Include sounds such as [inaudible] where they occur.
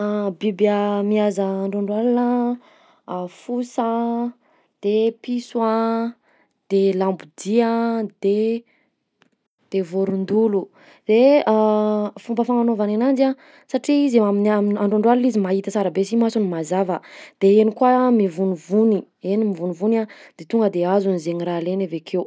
[hesitation] Biby [hesitation] mihaza androandro alina: [hesitation] fosa, de piso a, de lambodia, de de vorondolo; de [hesitation] fomba fagnanaovany ananjy a satria izy eo amin'ny am- androandro alina izy mahita sara be si masony mazava de eny koa mivognivony, eny mivonivony a de tonga de azony zaigny raha ilainy avakeo.